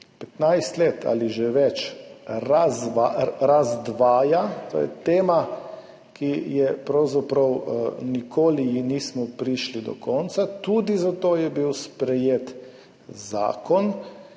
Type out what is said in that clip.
15 let ali več razdvaja, to je tema, ki ji pravzaprav nikoli nismo prišli do konca, tudi zato je bil sprejet zakon,